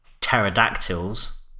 pterodactyls